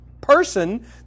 person